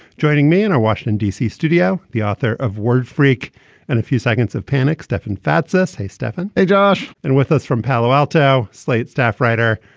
joining me in our washington, d c. studio. the author of word freak and a few seconds of panic. stefan fatsis. hey, stefan. hey, josh. and with us from palo alto. slate staff writer,